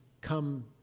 come